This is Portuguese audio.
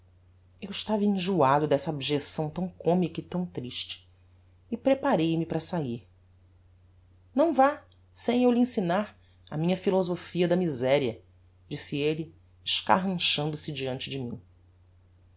eu estava enjoado dessa abjecção tão comica e tão triste e preparei me para sair não vá sem eu lhe ensinar a minha philosophia da miseria disse elle escarranchando se diante de mim